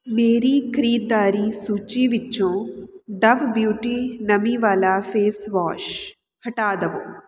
ਮੇਰੀ ਖਰੀਦਦਾਰੀ ਸੂਚੀ ਵਿੱਚੋਂ ਡਵ ਬਿਊਟੀ ਨਮੀ ਵਾਲਾ ਫੇਸ ਵੋਸ਼ ਹਟਾ ਦੇਵੋ